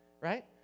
right